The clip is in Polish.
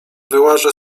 wyłażę